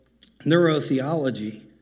neurotheology